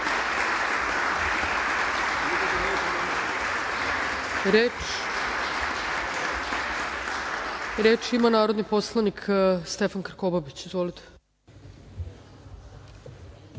vam. Reč ima narodni poslanik Stefan Krkobavić. Izvolite.